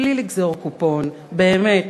בלי לגזור קופון, באמת.